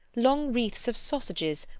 long wreaths of sausages,